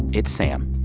it's sam.